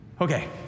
Okay